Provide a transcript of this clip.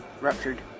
ruptured